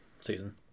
season